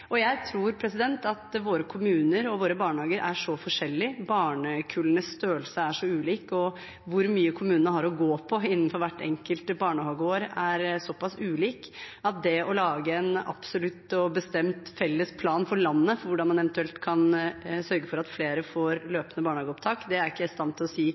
Jeg tror at våre kommuner og våre barnehager er så forskjellige, barnekullenes størrelse er så ulik, og hvor mye kommunene har å gå på innenfor hvert enkelt barnehageår, er såpass ulikt at det å lage en absolutt og bestemt felles plan for landet for hvordan man eventuelt kan sørge for at flere får løpende barnehageopptak, er jeg ikke i stand til å si